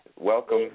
Welcome